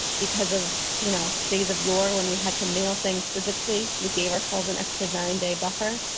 because of, you know, days of your, when we had to mail things physically, we gave ourselves an extra nine day buffer.